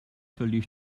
verlief